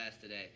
today